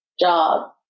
job